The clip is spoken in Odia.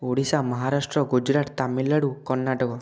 ଓଡ଼ିଶା ମହାରାଷ୍ଟ୍ର ଗୁଜୁରାଟ ତାମିଲନାଡ଼ୁ କର୍ଣ୍ଣାଟକ